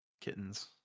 kittens